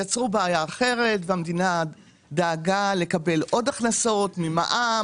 יצרו בעיה אחרת והדמינה דאגה לקבל עוד הכנסות ממע"מ